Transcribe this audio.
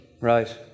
Right